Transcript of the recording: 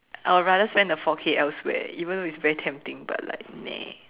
I would rather spend the four K elsewhere even though it's very tempting but like nah